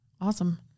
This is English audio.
awesome